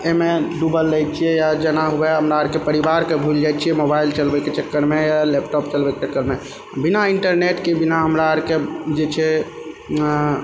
अइमे डुबल रहै छियै या जेना हुआ हमरा अरके परिवारके भूलि जाइ छियै मोबाइल चलबैके चक्करमे या लैपटॉप चलबैके चक्करमे बिना इन्टरनेटके बिना हमरा अरके जे छै